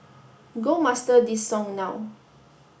go master this song now